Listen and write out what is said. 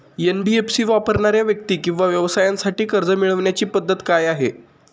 NBFC वापरणाऱ्या व्यक्ती किंवा व्यवसायांसाठी कर्ज मिळविण्याची पद्धत काय आहे?